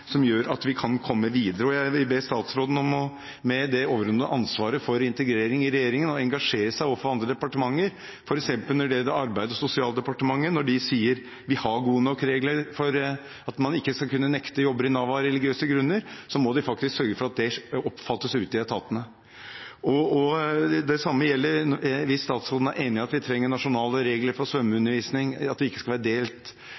overordnede ansvaret for integrering i regjeringen om å engasjere seg overfor andre departementer, f.eks. Arbeids- og sosialdepartementet. Når de sier at vi har gode nok regler i Nav for at man ikke skal kunne nekte å ta jobber av religiøse grunner, må de sørge for at det faktisk oppfattes ute i etatene. Det samme gjelder hvis statsråden er enig i at vi trenger nasjonale regler for